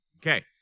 okay